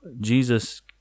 Jesus